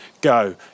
go